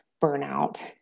burnout